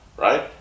right